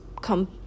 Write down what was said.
come